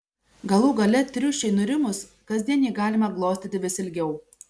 galų gale triušiui nurimus kasdien jį galima glostyti vis ilgiau